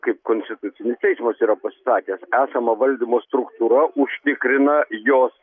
kaip konstitucinis teismas yra pasisakęs esama valdymo struktūra užtikrina jos